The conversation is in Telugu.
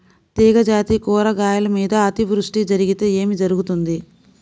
తీగజాతి కూరగాయల మీద అతివృష్టి జరిగితే ఏమి జరుగుతుంది?